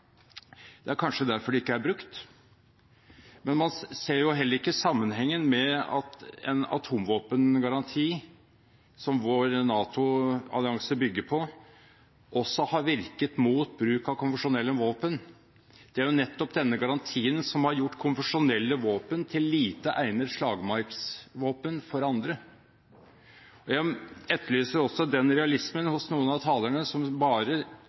det er kanskje derfor det ikke er brukt. Men man ser heller ikke sammenhengen med at en atomvåpengaranti, som vår NATO-allianse bygger på, også har virket mot bruken av konvensjonelle våpen. Det er nettopp denne garantien som har gjort konvensjonelle våpen til lite egnede slagmarksvåpen for andre. Jeg etterlyser også den realismen hos noen av talerne, som tror man kan diskutere bare